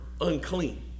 unclean